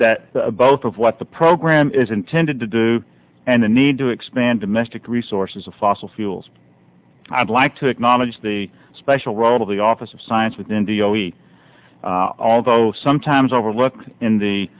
that both of what the program is intended to do and the need to expand domestic resources of fossil fuels i'd like to acknowledge the special role of the office of science with india although sometimes overlook in the